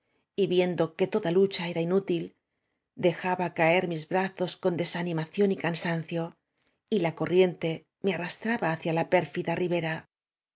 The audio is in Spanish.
y viendo que toda lucha era iddtíl dejaba caer mis brazos cod desadimacíón y cansancio y la corriente me arrastraba hacia la pérñda ribera